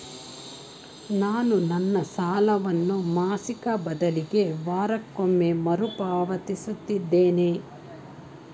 ನಾನು ನನ್ನ ಸಾಲವನ್ನು ಮಾಸಿಕ ಬದಲಿಗೆ ವಾರಕ್ಕೊಮ್ಮೆ ಮರುಪಾವತಿಸುತ್ತಿದ್ದೇನೆ